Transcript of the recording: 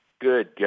Good